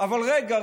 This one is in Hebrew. אבל רגע,